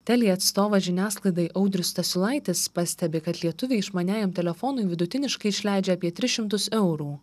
telia atstovas žiniasklaidai audrius stasiulaitis pastebi kad lietuviai išmaniajam telefonui vidutiniškai išleidžia apie tris šimtus eurų